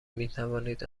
میتوانید